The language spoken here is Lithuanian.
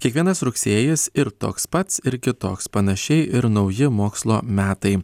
kiekvienas rugsėjis ir toks pats ir kitoks panašiai ir nauji mokslo metai